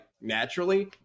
naturally